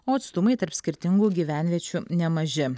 o atstumai tarp skirtingų gyvenviečių nemaži